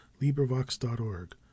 LibriVox.org